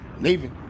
Leaving